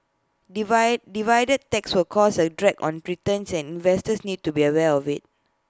divide dividend taxes will cause A drag on returns and investors need to be aware of IT